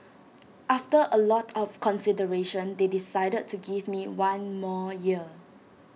after A lot of consideration they decided to give me one more year